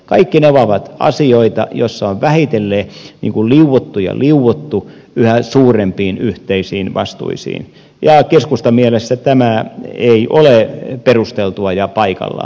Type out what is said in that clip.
kaikki nämä ovat asioita joista on vähitellen liuuttu ja liuuttu yhä suurempiin yhteisiin vastuisiin ja keskustan mielestä tämä ei ole perusteltua eikä paikallaan